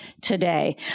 today